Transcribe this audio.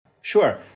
Sure